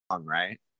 right